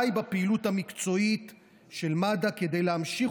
ודי בפעילות המקצועית של מד"א כדי להמשיך